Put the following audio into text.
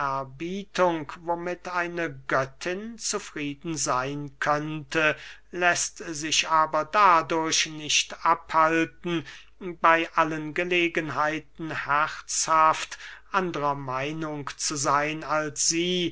ehrerbietung womit eine göttin zufrieden seyn könnte läßt sich aber dadurch nicht abhalten bey allen gelegenheiten herzhaft andrer meinung zu seyn als sie